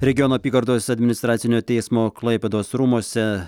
regionų apygardos administracinio teismo klaipėdos rūmuose